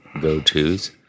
go-to's